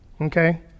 Okay